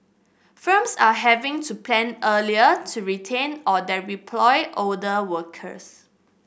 firms are having to plan earlier to retrain or older workers